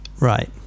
Right